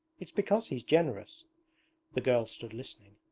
it's because he's generous the girl stood listening.